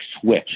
Switch